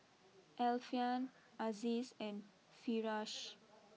Alfian Aziz and Firash